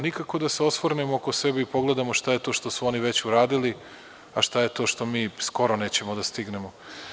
Nikako da se osvrnemo oko sebe i pogledamo šta je to što su oni već uradili, a šta je to što mi skoro nećemo da stignemo.